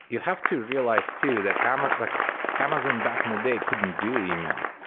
you have to realize too that um ah like amazon back in the day couldn't do email.